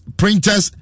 printers